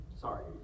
sorry